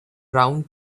round